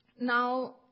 Now